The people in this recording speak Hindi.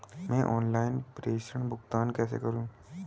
मैं ऑनलाइन प्रेषण भुगतान कैसे करूँ?